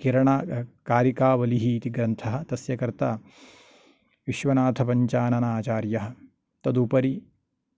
किरणा कारिकावलिः इति ग्रन्थः तस्य कर्ता विश्वनाथपञ्चाननाचार्यः तदुपरि